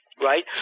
right